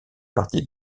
partie